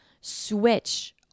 switch